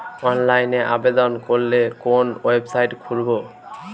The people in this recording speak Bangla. অনলাইনে আবেদন করলে কোন ওয়েবসাইট খুলব?